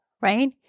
Right